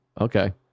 Okay